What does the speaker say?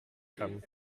kann